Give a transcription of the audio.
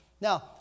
Now